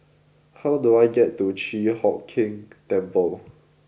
how do I get to Chi Hock Keng Temple